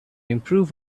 improve